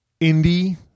indie